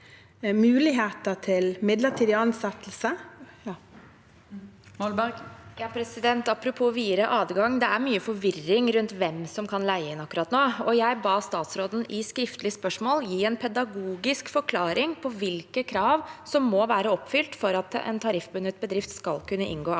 Molberg (H) Apropos videre ad- gang: Det er mye forvirring nå rundt hvem som kan leie inn. Jeg ba statsråden i skriftlig spørsmål gi en pedagogisk forklaring på hvilke krav som må være oppfylt for at en tariffbundet bedrift skal kunne inngå avtale